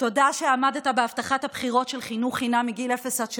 תודה שעמדת בהבטחת הבחירות של חינוך חינם מגיל אפס עד שלוש.